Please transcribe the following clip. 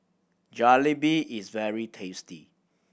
jalebi is very tasty